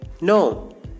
No